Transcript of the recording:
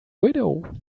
widow